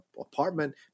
apartment